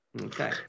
Okay